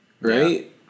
Right